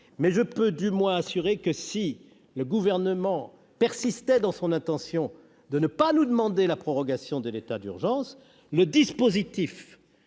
Je puis néanmoins assurer que, si le Gouvernement persiste dans son intention de ne pas nous demander la prorogation de l'état d'urgence, le dispositif